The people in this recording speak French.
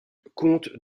comte